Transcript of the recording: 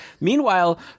Meanwhile